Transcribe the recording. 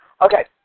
Okay